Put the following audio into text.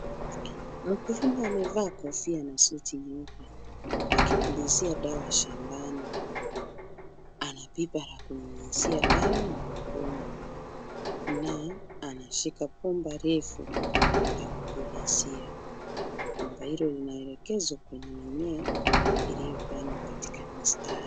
Mkulima amevaa kofia na suti nyeupe akipulizia dawa shambani. Ana pipa la kunyunyuzia dawa mgongoni na anashika bomba refu la kupulizia. Bomba hilo linaelekezwa kwenye mimea iliyopandwa katika mistari.